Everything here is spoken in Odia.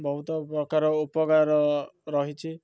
ବହୁତ ପ୍ରକାର ଉପକାର ରହିଛି